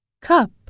Cup